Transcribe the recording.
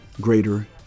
greater